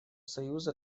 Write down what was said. союза